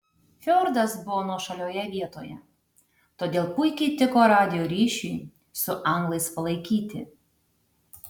fjordas buvo nuošalioje vietoje todėl puikiai tiko radijo ryšiui su anglais palaikyti